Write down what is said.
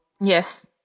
Yes